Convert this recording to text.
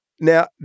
Now